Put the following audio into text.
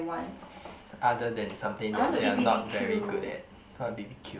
other than something that they are not very good at what b_b_q